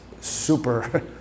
super